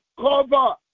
cover